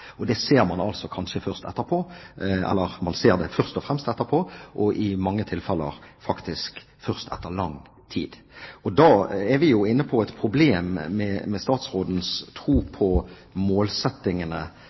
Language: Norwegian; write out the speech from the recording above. Det ser man kanskje først og fremst etterpå, og i mange tilfeller faktisk først etter lang tid. Da er vi inne på et problem med statsrådens tro